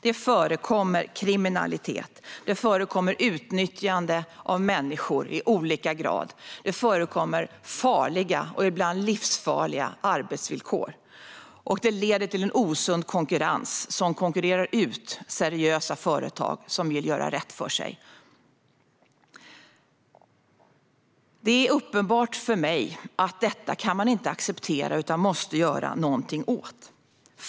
Det förekommer kriminalitet. Det förekommer utnyttjande av människor i olika grad. Det förekommer farliga och ibland livsfarliga arbetsvillkor. Det leder till en osund konkurrens som konkurrerar ut seriösa företag som vill göra rätt för sig. Det är uppenbart för mig att detta kan man inte acceptera utan måste göra någonting åt.